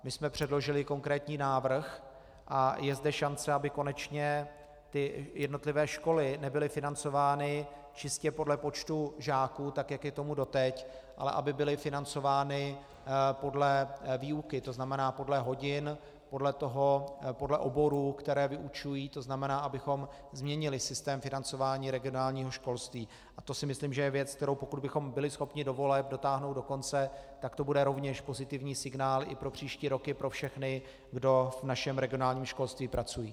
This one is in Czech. My jsme předložili konkrétní návrh a je zde šance, aby konečně jednotlivé školy nebyly financovány čistě podle počtu žáků, jak je tomu doteď, ale aby byly financovány podle výuky, to znamená podle hodin, podle oborů, které vyučují, to znamená, abychom změnili systém financování regionálního školství, a to si myslím, že je věc, kterou pokud bychom byli schopni do voleb dotáhnout do konce, tak to bude rovněž pozitivní signál i pro příští roky pro všechny, kdo v našem regionálním školství pracují.